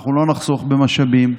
אנחנו לא נחסוך במשאבים,